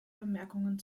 bemerkungen